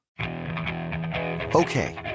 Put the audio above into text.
Okay